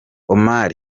omar